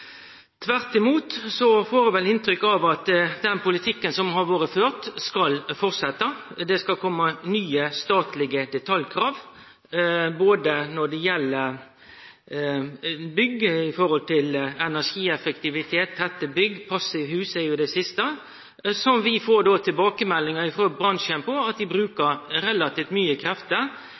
Tvert imot får ein inntrykk av at den politikken som har vore ført, skal fortsetje, det skal kome nye statlege detaljkrav med tanke på energieffektivitet, tette bygg og passivhus – det siste får vi tilbakemeldingar frå bransjen om at dei bruker relativt